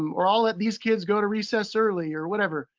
um or i'll let these kids go to recess early, or whatever.